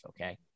Okay